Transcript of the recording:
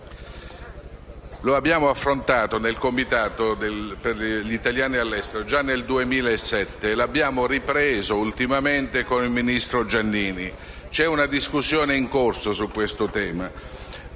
Lo abbiamo affrontato nel Comitato già nel 2007 e lo abbiamo ripreso ultimamente con il ministro Giannini. C'è una discussione in corso su questo tema.